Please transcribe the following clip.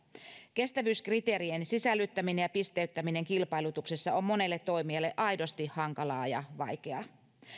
kestävyyskriteerien sisällyttäminen ja pisteyttäminen kilpailutuksessa on monelle toimijalle aidosti hankalaa ja vaikeaa